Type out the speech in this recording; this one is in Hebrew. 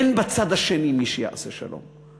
אין בצד השני מי שיעשה שלום?